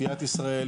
אפיית ישראל,